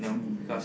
mm